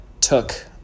took